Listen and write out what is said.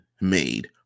made